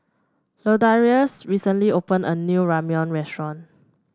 Ladarius recently opened a new Ramyeon restaurant